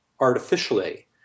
artificially